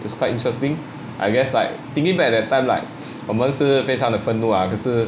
it's quite interesting I guess like thinking back that time like 我们是非常的愤怒啊可是